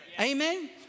Amen